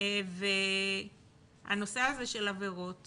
טראומות והנושא הזה של עבירות